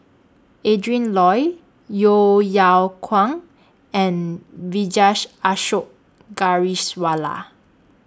Adrin Loi Yeo Yeow Kwang and Vijesh Ashok